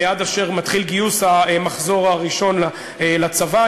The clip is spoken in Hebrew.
עד שמתחיל גיוס המחזור הראשון לצבא,